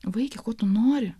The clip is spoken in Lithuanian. vaike ko tu nori